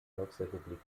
volksrepublik